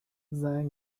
زنگ